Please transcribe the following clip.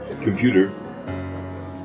Computer